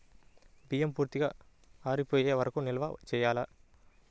బియ్యం పూర్తిగా ఆరిపోయే వరకు నిల్వ చేయాలా?